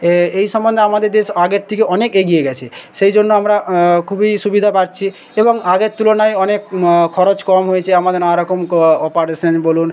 এ এই সম্বন্ধে আমাদের দেশ আগের থেকে অনেক এগিয়ে গিয়েছে সেই জন্য আমরা খুবই সুবিধা পাচ্ছি এবং আগের তুলনায় অনেক খরচ কম হয়েছে আমাদের নানা রকম ক অপারেশন বলুন